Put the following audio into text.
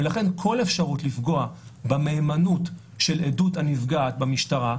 ולכן כל אפשרות לפגוע במהימנות של עדות הנפגעת במשטרה,